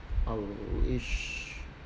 I wish